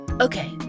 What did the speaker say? Okay